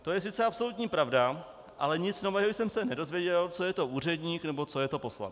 To je sice absolutní pravda, ale nic nového jsem se nedozvěděl, co je to úředník nebo co je to poslanec.